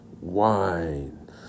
wine